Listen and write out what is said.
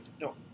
No